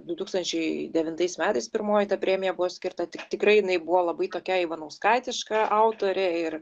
du tūkstančiai devintais metais pirmoji ta premija buvo skirta tik tikrai jinai buvo labai tokia ivanauskaitiška autorė ir